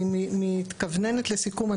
אני מתכווננת לסיכום.